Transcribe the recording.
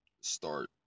start